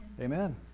Amen